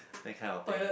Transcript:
that kind of thing